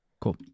Cool